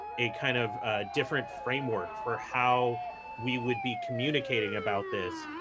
a kind of different framework for how we would be communicating about this,